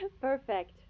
Perfect